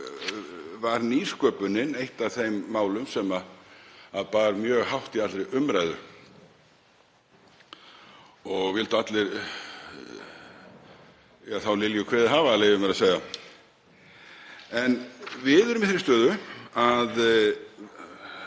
þá var nýsköpunin eitt af þeim málum sem bar mjög hátt í allri umræðu og vildu allir þá Lilju kveðið hafa, leyfi ég mér að segja. En við erum í þeirri stöðu að